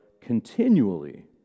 continually